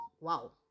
Wow